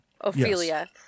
Ophelia